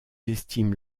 estiment